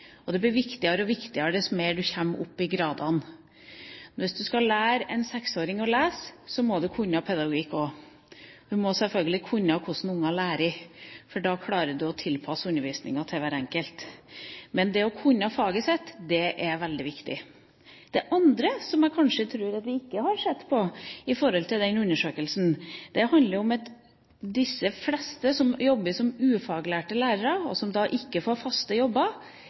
og det blir viktigere og viktigere dess mer man kommer opp i gradene. Hvis man skal lære en seksåring å lese, må man også kunne pedagogikk. Man må selvfølgelig ha kunnskap om hvordan unger lærer, for da klarer man å tilpasse undervisningen til hver enkelt. Men det å kunne faget sitt er veldig viktig. Det andre som jeg kanskje tror at vi ikke har sett på i forhold til den undersøkelsen, handler om at de fleste som jobber som ufaglærte lærere, og som da ikke får faste jobber,